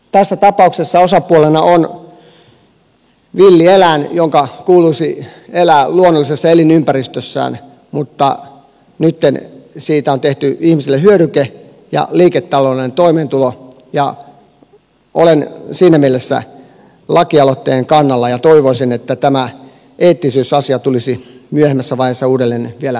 tässä tapauksessa osapuolena on villieläin jonka kuuluisi elää luonnollisessa elinympäristössään mutta nytten siitä on tehty ihmiselle hyödyke ja liiketaloudellinen toimeentulo ja olen siinä mielessä lakialoitteen kannalla ja toivoisin että tämä eettisyysasia tulisi myöhemmässä vaiheessa uudelleen vielä tarkasteluun